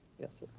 yes, sir.